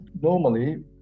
normally